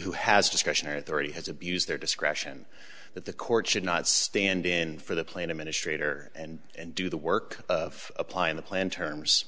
who has discretionary authority has abused their discretion that the court should not stand in for the plan administrator and and do the work of applying the plan terms